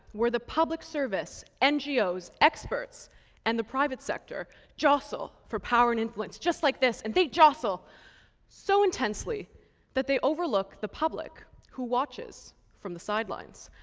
where the public service, ngos, experts and the private sector jostle for power and influence. just like this, and they jossle so intensely that they overlook the public who watches from the sidelines.